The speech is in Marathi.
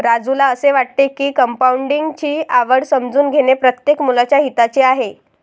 राजूला असे वाटते की कंपाऊंडिंग ची आवड समजून घेणे प्रत्येक मुलाच्या हिताचे आहे